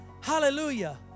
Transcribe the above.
Hallelujah